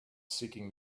seeking